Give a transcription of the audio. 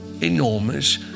enormous